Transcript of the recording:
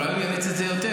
אולי הוא יאיץ את זה יותר.